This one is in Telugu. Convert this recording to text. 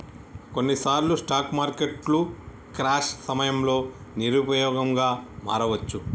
కొన్నిసార్లు స్టాక్ మార్కెట్లు క్రాష్ సమయంలో నిరుపయోగంగా మారవచ్చు